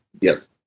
yes